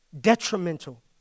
Detrimental